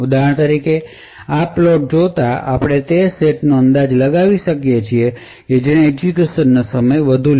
ઉદાહરણ તરીકે આ પ્લોટને જોતા આપણે તે સેટ્સનો અંદાજ લગાવી શકીએ છીએ જેણે એક્ઝેક્યુશનનો સમય વધુ કર્યો હતો